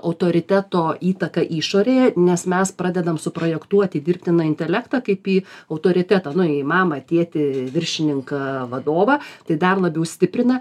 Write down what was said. autoriteto įtaką išorėje nes mes pradedam suprojektuoti dirbtiną intelektą kaip į autoritetą nu į mamą tėtį viršininką vadovą tai dar labiau stiprina